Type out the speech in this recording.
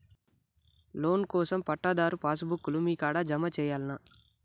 Loan కోసం పట్టాదారు pass book లు మీ కాడా జమ చేయల్నా?